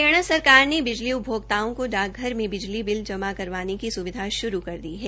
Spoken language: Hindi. हरियाणा सरकार ने बिजली उपभोक्ताओं को डाक घर में बिजली बिल जमा करवाने की स्विधा शुरू कर दी है